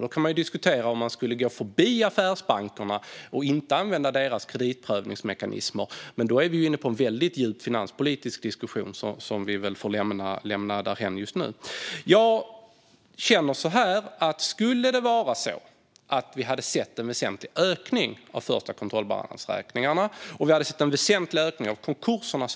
Då kan man diskutera om man skulle gå förbi affärsbankerna och inte använda deras kreditprövningsmekanismer. Men då är vi inne på en väldigt djup finanspolitisk diskussion som vi väl får lämna därhän just nu. Jag känner så här: Om vi så här långt hade sett en väsentlig ökning av förstakontrollbalansräkningarna och en väsentlig ökning av konkurserna